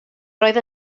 roedd